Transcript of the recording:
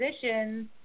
positions